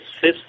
fifth